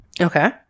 Okay